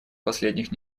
последних